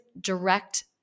direct